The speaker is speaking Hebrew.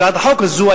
הצעת החוק הזאת,